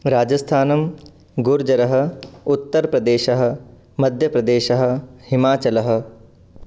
राजस्थानम् गुर्जरः उत्तरप्रदेशः मध्यप्रदेशः हिमाचलः